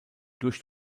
durch